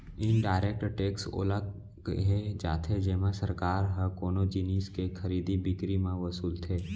indirect tax ओला केहे जाथे जेमा सरकार ह कोनो जिनिस के खरीदी बिकरी म वसूलथे